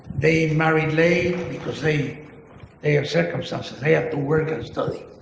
they married late because they they have circumstances. they have to work and study.